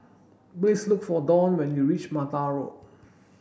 please look for Donn when you reach Mattar Road